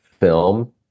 film